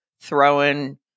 throwing